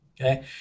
okay